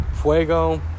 Fuego